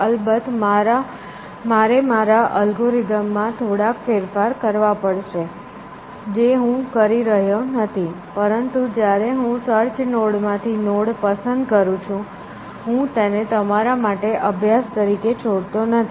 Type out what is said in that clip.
અલબત્ત મારે મારા અલ્ગોરિધમ માં થોડોક ફેરફાર કરવો પડશે જે હું કરી રહ્યો નથી પરંતુ જ્યારે હું સર્ચ નોડ માંથી નોડ પસંદ કરું છું હું તેને તમારા માટે અભ્યાસ તરીકે છોડતો નથી